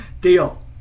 deal